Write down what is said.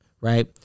Right